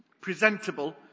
presentable